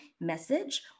message